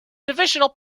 divisional